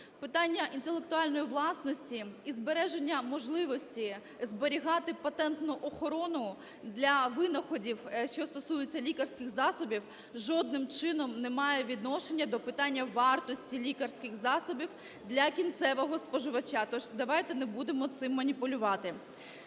Питання інтелектуальної власності і збереження можливості зберігати патентну охорону для винаходів, що стосується лікарських засобів, жодним чином не має відношення до питання вартості лікарських засобів для кінцевого споживача, тож давайте не будемо цим маніпулювати.